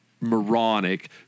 moronic